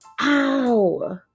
ow